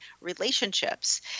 relationships